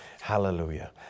Hallelujah